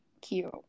cute